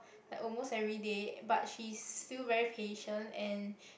like almost everyday but she is still very patient and